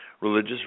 religious